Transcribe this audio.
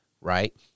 right